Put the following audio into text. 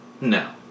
no